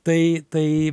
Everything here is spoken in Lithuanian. tai tai